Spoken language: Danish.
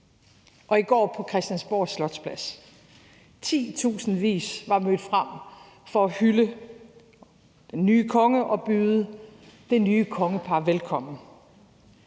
I går på Christiansborg Slotsplads var titusindvis mødt frem for at hylde den nye konge og byde det nye kongepar velkommen.